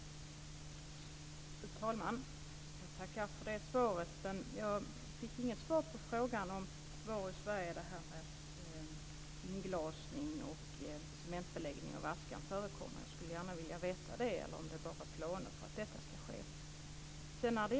Fru talman! Jag tackar för det svaret, men jag fick inget besked i frågan om var i Sverige inglasning och cementbeläggning av askan förekommer. Jag skulle gärna vilja veta det eller om det bara finns planer på att sådant ska ske.